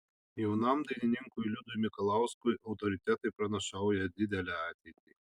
jaunam dainininkui liudui mikalauskui autoritetai pranašauja didelę ateitį